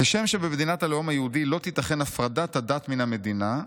"כשם שבמדינת הלאום היהודי לא תיתכן הפרדת הדת מהמדינה,